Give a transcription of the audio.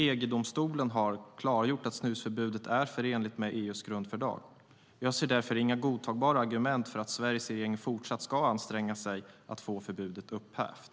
EG-domstolen har klargjort att snusförbudet är förenligt med EU:s grundfördrag. Jag ser därför inga godtagbara argument för att Sveriges regering ska anstränga sig för att få förbudet upphävt.